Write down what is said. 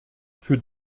für